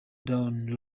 down